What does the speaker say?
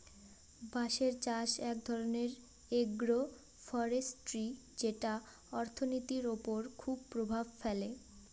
বাঁশের চাষ এক ধরনের এগ্রো ফরেষ্ট্রী যেটা অর্থনীতির ওপর খুব প্রভাব ফেলে